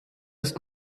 ist